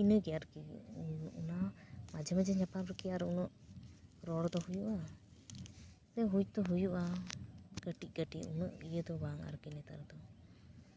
ᱤᱱᱟᱹ ᱜᱮ ᱟᱨᱠᱤ ᱚᱱᱟ ᱢᱟᱡᱷᱮ ᱢᱟᱡᱷᱮ ᱧᱟᱯᱟᱢ ᱨᱮᱠᱤ ᱩᱱᱟᱹᱜ ᱨᱚᱲ ᱫᱚ ᱦᱩᱭᱩᱜᱼᱟ ᱦᱚᱭᱛᱚ ᱦᱩᱭᱩᱜᱼᱟ ᱠᱟᱹᱴᱤᱡ ᱠᱟᱹᱴᱤᱡ ᱩᱱᱟᱹᱜ ᱤᱭᱟᱹ ᱫᱚ ᱵᱟᱝ ᱟᱨᱠᱤ ᱱᱮᱛᱟᱨ ᱫᱚ